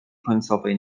końcowej